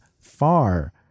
far